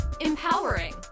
Empowering